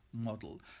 model